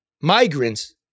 migrants